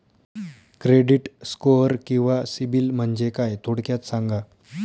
Credit score किंवा सिबिल म्हणजे काय? थोडक्यात सांगा